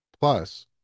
Plus